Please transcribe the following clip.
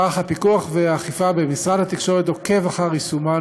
מערך הפיקוח והאכיפה במשרד התקשורת עוקב אחר יישומן